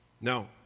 No